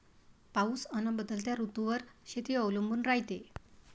पाऊस अन बदलत्या ऋतूवर शेती अवलंबून रायते